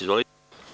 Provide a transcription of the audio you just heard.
Izvolite.